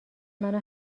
منو